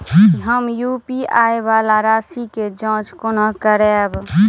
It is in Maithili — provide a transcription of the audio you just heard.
हम यु.पी.आई वला राशि केँ जाँच कोना करबै?